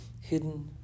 hidden